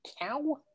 cow